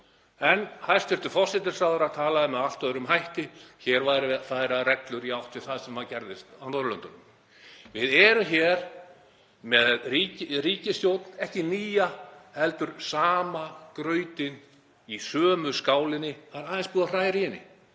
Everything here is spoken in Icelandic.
En hæstv. forsætisráðherra talaði með allt öðrum hætti, hér væri verið að færa reglur í átt við það sem gerðist á Norðurlöndunum. Við erum hér með ríkisstjórn, ekki nýja heldur sama grautinn í sömu skálinni. Það er aðeins búið að hræra í henni,